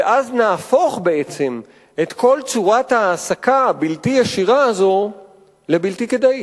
ואז בעצם נהפוך את כל צורת ההעסקה הבלתי-ישירה הזאת לבלתי כדאית.